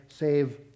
Save